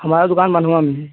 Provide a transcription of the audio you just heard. हमारी दुकान बंधुआ में है